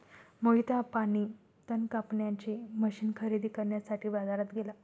मोहित हा पाणी तण कापण्याचे मशीन खरेदी करण्यासाठी बाजारात गेला